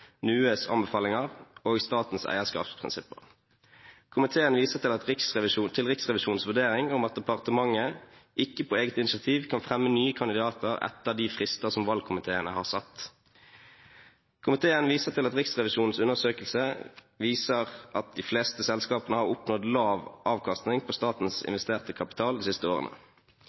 anbefalinger og statens eierskapsprinsipper. Komiteen viser til Riksrevisjonens vurdering om at departementet ikke på eget initiativ kan fremme nye kandidater etter de frister som valgkomiteene har satt. Komiteen viser til at Riksrevisjonens undersøkelse viser at de fleste selskapene har oppnådd lav avkastning på statens investerte kapital de siste årene.